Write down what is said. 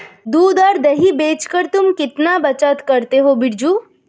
दूध और दही बेचकर तुम कितना बचत करते हो बिरजू?